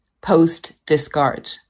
post-discard